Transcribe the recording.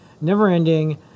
never-ending